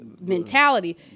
mentality